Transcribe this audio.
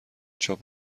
چاپ